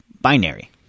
binary